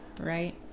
right